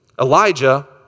Elijah